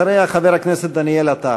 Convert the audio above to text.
אחריה, חבר הכנסת דניאל עטר.